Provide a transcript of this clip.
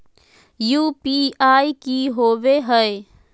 UPI की होवे हय?